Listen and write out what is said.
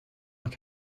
like